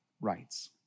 rights